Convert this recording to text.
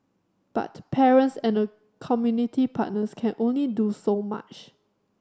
but parents and community partners can only do so much